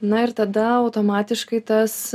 na ir tada automatiškai tas